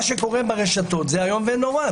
מה שקורה ברשתות זה איום ונורא.